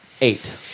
eight